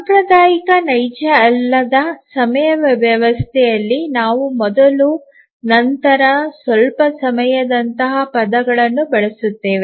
ಸಾಂಪ್ರದಾಯಿಕ ನೈಜ ಅಲ್ಲದ ಸಮಯ ವ್ಯವಸ್ಥೆಯಲ್ಲಿ ನಾವು ಮೊದಲು ನಂತರ ಸ್ವಲ್ಪ ಸಮಯದಂತಹ ಪದಗಳನ್ನು ಬಳಸುತ್ತೇವೆ